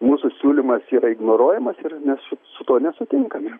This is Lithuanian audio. mūsų siūlymas yra ignoruojamas ir mes su su tuo nesutinkame